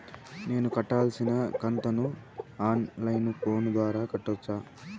నేను కట్టాల్సిన కంతును ఆన్ లైను ఫోను ద్వారా కట్టొచ్చా?